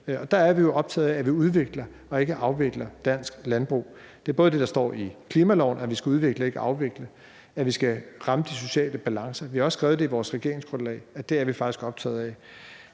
Og der er vi jo optaget af, at vi udvikler og ikke afvikler dansk landbrug. Det er det, der står i klimaloven, altså at vi skal udvikle og ikke afvikle, og at vi skal ramme de sociale balancer. Vi har også skrevet i vores regeringsgrundlag, at det er vi faktisk optaget af.